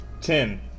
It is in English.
Ten